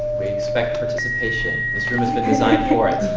we expect participation. this room has been designed for it,